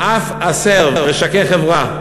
"אף הפר ושכך עברה"